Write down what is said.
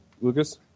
Lucas